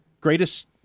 Greatest